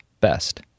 Best